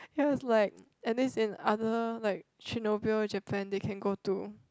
ya it is like at least in other like Chernobyl Japan they can go to